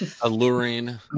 alluring